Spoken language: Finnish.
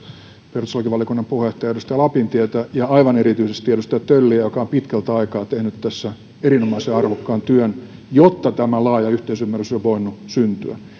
perustuslakivaliokunnan puheenjohtaja edustaja lapintietä ja aivan erityisesti edustaja tölliä joka on pitkältä aikaa tehnyt tässä erinomaisen arvokkaan työn jotta tämä laaja yhteisymmärrys on voinut syntyä